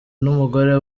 n’umugore